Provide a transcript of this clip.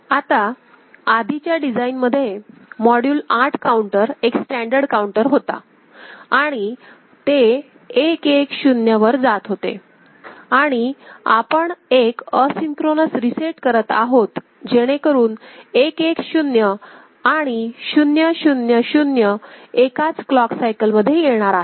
आता आधीच्या डिझाईनमध्ये मॉड्यूल 8 काउंटर एक स्टॅंडर्ड काउंटर होता आणि ते 1 1 0 वर जात होते आणि आपण एक असिन्क्रोनोस रीसेट करत आहोत जेणेकरून 1 1 0 आणि 0 0 0 एकाच क्लॉक सायकल मध्ये येणार आहे